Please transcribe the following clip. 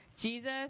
Jesus